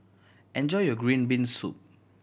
enjoy your green bean soup